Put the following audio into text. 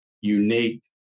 unique